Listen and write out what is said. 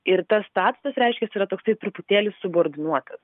ir tas statusas reiškias yra toksai truputėlį subordinuotas